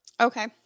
Okay